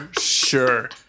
sure